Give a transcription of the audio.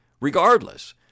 regardless